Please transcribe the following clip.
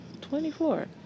24